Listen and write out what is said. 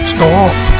Stop